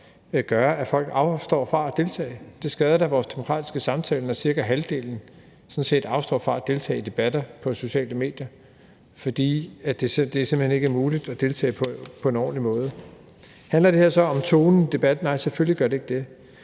som gør, at folk afstår fra at deltage. Det skader da vores demokratiske samtale, når cirka halvdelen sådan set afstår fra at deltage i debatter på de sociale medier, fordi det simpelt hen ikke er muligt at deltage på en ordentlig måde. Handler det her så om tonen i debatten? Nej, selvfølgelig gør det ikke det,